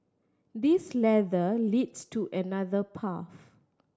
this ladder leads to another path